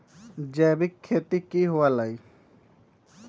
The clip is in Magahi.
जैविक खेती की हुआ लाई?